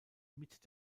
mit